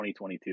2022